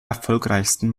erfolgreichsten